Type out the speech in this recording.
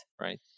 right